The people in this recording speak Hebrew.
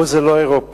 פה זה לא אירופה.